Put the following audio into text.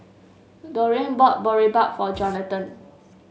Dorene bought Boribap for Jonathon